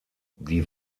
die